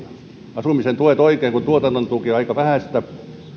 asumisen tuet oikein kun tuotannon tuki on aika vähäistä